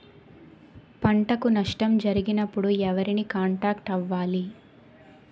పంటకు నష్టం జరిగినప్పుడు ఎవరిని కాంటాక్ట్ అవ్వాలి?